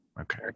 Okay